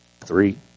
three